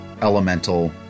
elemental